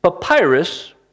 Papyrus